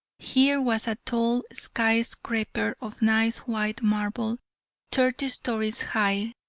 here was a tall skyscraper of nice white marble thirty stories high,